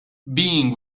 being